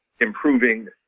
improving